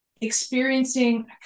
experiencing